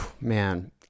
man